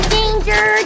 Danger